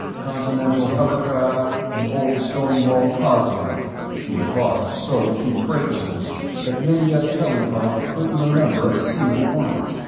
continental hovercraft and old stonewall cogswell who had lost so few fracases that many a telly buff couldn't remember a single one.